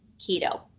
keto